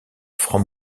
franc